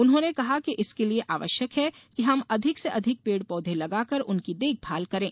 उन्होंने कहा कि इसके लिये आवश्यक है कि हम अधिक से अधिक पेड़ पौधे लगाकर उनकी देखभाल करें